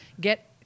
get